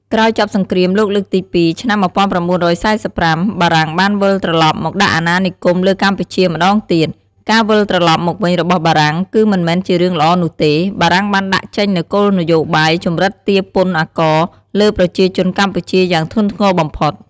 ក្រោយចប់សង្គ្រាមលោកលើកទី២ ឆ្នាំ ១៩៤៥ បារាំងបានវិលត្រឡប់មកដាក់អណានិគមលើកម្ពុជាម្ដងទៀត ការវិលត្រឡប់មកវិញរបស់បារាំងគឺមិនមែនជារឿងល្អនោះទេ បារាំងបានដាក់ចេញនូវគោលនោយបាយជំរិតទារពន្ធអាករ លើប្រជាជនកម្ពុជាយ៉ាងធ្ងន់ធ្ងរបំផុត។